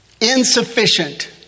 Insufficient